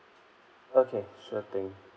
okay sure thing